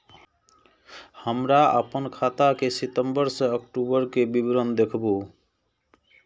हमरा अपन खाता के सितम्बर से अक्टूबर के विवरण देखबु?